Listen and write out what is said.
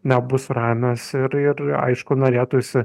nebus ramios ir ir aišku norėtųsi